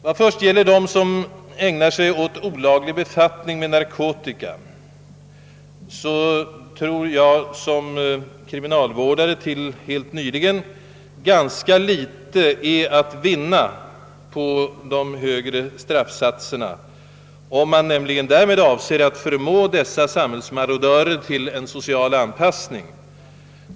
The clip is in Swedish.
Vad först beträffar dem som ägnar sig åt olaglig befattning med narkotika, tror jag, såsom kriminalvårdare tills helt nyligen, att ganska litet är att vinna på de högre straffsatserna, om man nämligen därmed avser att förmå dessa verkliga samhällsmarodörer till social anpassning.